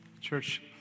Church